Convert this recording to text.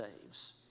saves